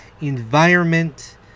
environment